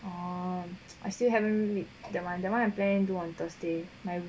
um I still haven't read that one that one I'm planning do on thursday